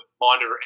monitor